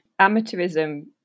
amateurism